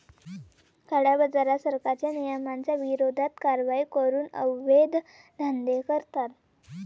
काळ्याबाजारात, सरकारच्या नियमांच्या विरोधात कारवाई करून अवैध धंदे करतात